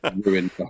ruined